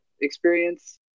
experience